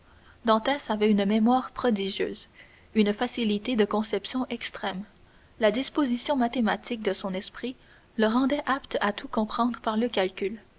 dantès avait une mémoire prodigieuses une facilité de conception extrême la disposition mathématique de son esprit le rendait apte à tout comprendre par le calcul